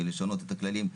לשנות את הכללים.